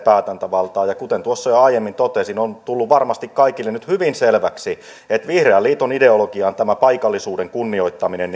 päätäntävaltaan ja kuten tuossa jo aiemmin totesin on tullut varmasti kaikille nyt hyvin selväksi että vihreän liiton ideologiaan tämä paikallisuuden kunnioittaminen